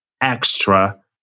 extra